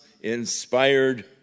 inspired